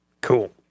Cool